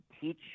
teach